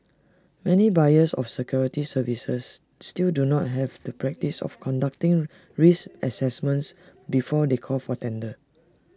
many buyers of security services still do not have the practice of conducting risk assessments before they call for tender